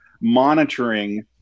monitoring